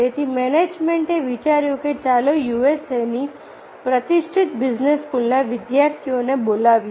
તેથી મેનેજમેન્ટે વિચાર્યું કે ચાલો યુએસએની પ્રતિષ્ઠિત બિઝનેસ સ્કૂલના વિદ્યાર્થીઓને બોલાવીએ